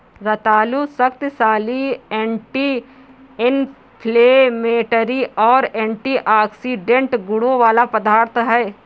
रतालू शक्तिशाली anti inflammatory और एंटीऑक्सीडेंट गुणों वाला पदार्थ है